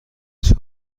چاپ